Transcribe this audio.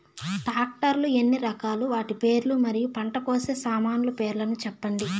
Tractor లు ఎన్ని రకాలు? వాటి పేర్లు మరియు పంట కోసే సామాన్లు పేర్లను సెప్పండి?